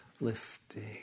lifting